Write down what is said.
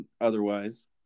otherwise